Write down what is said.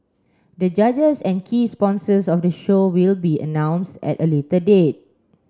the judges and key sponsors of the show will be announced at a later date